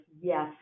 yes